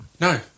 No